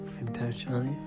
intentionally